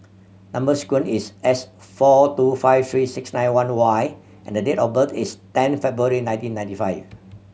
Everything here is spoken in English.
number sequence is S four two five three six nine one Y and date of birth is ten February nineteen ninety five